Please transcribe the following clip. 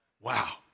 Wow